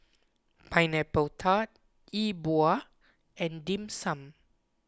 Pineapple Tart E Bua and Dim Sum